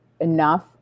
enough